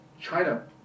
China